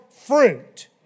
fruit